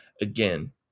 again